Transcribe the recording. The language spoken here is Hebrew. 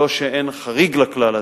לא שאין חריג לכלל הזה,